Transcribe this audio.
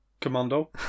commando